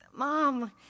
Mom